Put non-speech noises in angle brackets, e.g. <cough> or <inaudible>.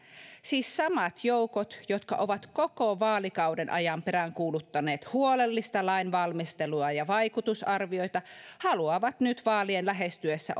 siis samat joukot jotka ovat koko vaalikauden ajan peräänkuuluttaneet huolellista lainvalmistelua ja vaikutusarvioita haluavat nyt vaalien lähestyessä <unintelligible>